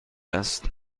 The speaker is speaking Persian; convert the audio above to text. است